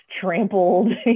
trampled